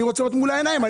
אני רוצה לראות מול העיניים.